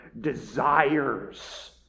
desires